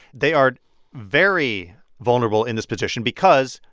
they are very vulnerable in this position because,